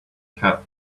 cat